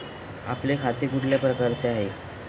आपले खाते कुठल्या प्रकारचे आहे?